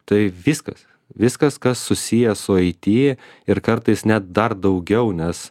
tai viskas viskas kas susiję su aiti ir kartais net dar daugiau nes